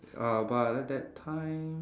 uh but at that time